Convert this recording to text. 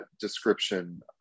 description